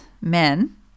men